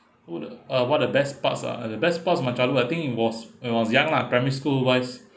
oh the uh what are the best parts ah the best part of my childhood I think it was when I was young lah primary school wise